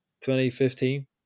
2015